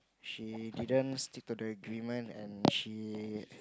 she didn't stick to the agreement and she